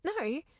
No